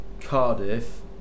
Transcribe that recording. Cardiff